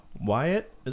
Wyatt